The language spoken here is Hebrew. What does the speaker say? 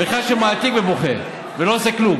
וחלק אחד שמעתיק ובוכה ולא עושה כלום.